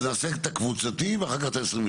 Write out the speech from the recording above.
אז נעשה את הקבוצתי ואחר כך את ה-28.